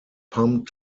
pumped